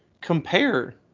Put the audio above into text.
compare